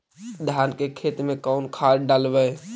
धान के खेत में कौन खाद डालबै?